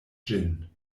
ĝin